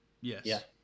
Yes